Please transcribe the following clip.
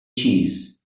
cheese